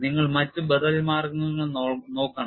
നിങ്ങൾ മറ്റ് ബദൽ മാർഗങ്ങൾ നോക്കണം